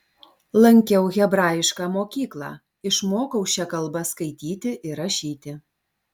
lankiau hebrajišką mokyklą išmokau šia kalba skaityti ir rašyti